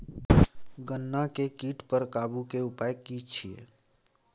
गन्ना के कीट पर काबू के उपाय की छिये?